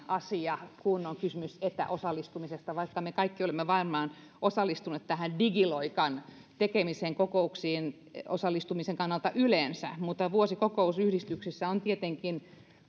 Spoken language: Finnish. asia kun on kysymys etäosallistumisesta vaikka me kaikki olemme varmaan osallistuneet tähän digiloikan tekemiseen kokouksiin osallistumisen kannalta yleensä mutta vuosikokous yhdistyksissä on tietenkin